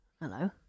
Hello